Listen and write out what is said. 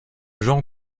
genre